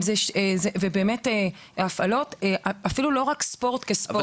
אז נצרכות הפעלות, אפילו לא רק ספורט כספורט.